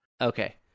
okay